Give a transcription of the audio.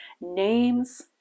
names